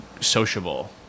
sociable